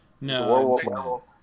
No